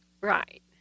Right